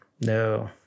No